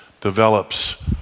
develops